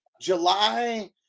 July